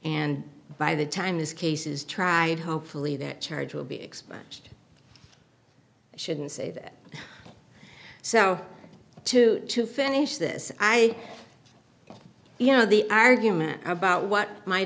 and by the time these cases tried hopefully that charge will be expunged i shouldn't say that so two to finish this i you know the argument about what might